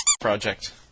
project